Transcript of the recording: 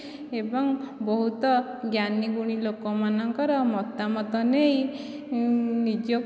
ଏବଂ ବହୁତ ଜ୍ଞାନୀ ଗୁଣୀ ଲୋକମାନଙ୍କର ମତାମତ ନେଇ ନିଜକୁ